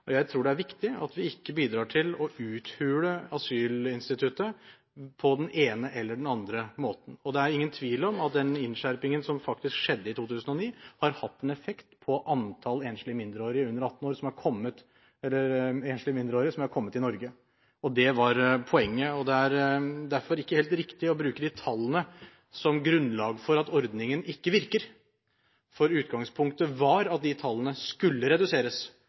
på den ene eller den andre måten. Det er ingen tvil om at den innskjerpingen som faktisk skjedde i 2009, har hatt en effekt på antall enslige mindreårige asylsøkere under 18 år som er kommet til Norge, og det var poenget. Derfor er det ikke helt riktig å bruke de tallene som grunnlag for at ordningen ikke virker, for utgangspunktet var at de tallene skulle reduseres,